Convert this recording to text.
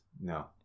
No